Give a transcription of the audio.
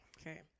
okay